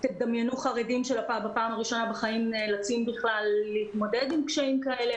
תדמיינו חרדים שבפעם הראשונה בחיים נאלצים בכלל להתמודד עם קשיים כאלה,